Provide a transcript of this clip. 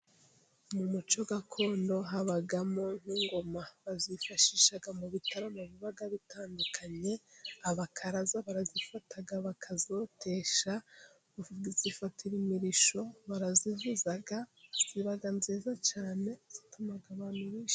Mu muco gakondo habamo nk'ingoma. Bazifashisha mu bitaramo biba bitandukanye, abakaraza barazifata bakazotesha, bazifatira imirishyo, barazivuza, ziba nziza cyane zatuma abantu bishima.